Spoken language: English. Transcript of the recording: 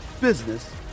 business